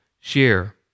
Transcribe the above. share